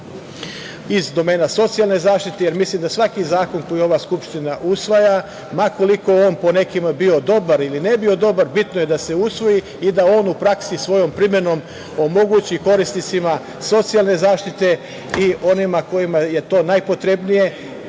iz domena socijalne zaštite, jer mislim da svaki zakon koji ova Skupština usvaja, ma koliko on po nekima bio dobar ili ne bio dobar, bitno je da se usvoji i da on u praksi svojom primenom omogući korisnicima socijalne zaštite i onima kojima je to najpotrebnije